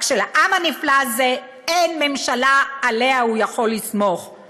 רק שלעם הנפלא הזה אין ממשלה שהוא יכול לסמוך עליה.